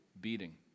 beating